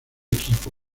equipo